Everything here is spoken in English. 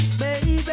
baby